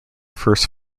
first